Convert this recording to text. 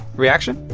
reaction?